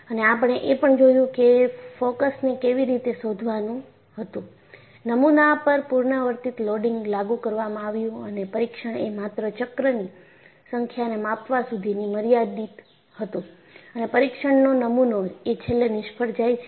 અને આપણે એ પણ જોયું કે ફોકસને કેવી રીતે શોધવાનું હતું નમુના પર પુનરાવર્તિત લોડિંગ લાગુ કરવામાં આવ્યું અને પરીક્ષણ એ માત્ર ચક્રની સંખ્યાને માપવા સુધી જ મર્યાદિત હતું અને પરીક્ષણનો નમુનો એ છેલ્લે નિષ્ફળ જાય છે